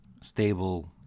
stable